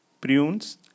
prunes